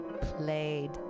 played